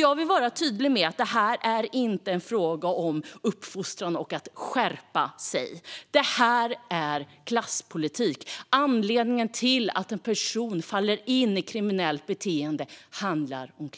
Jag vill vara tydlig med att detta inte är en fråga om uppfostran och att skärpa sig. Detta är klasspolitik. Klass är anledningen till att en person faller in i kriminellt beteende. Det handlar om